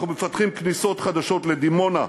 אנחנו מפתחים כניסות חדשות לדימונה,